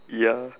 ya